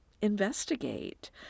investigate